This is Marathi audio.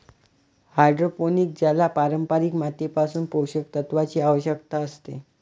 हायड्रोपोनिक ज्याला पारंपारिक मातीपासून पोषक तत्वांची आवश्यकता असते